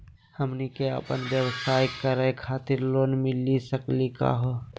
हमनी क अपन व्यवसाय करै खातिर लोन मिली सकली का हो?